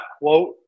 quote